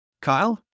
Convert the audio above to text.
Kyle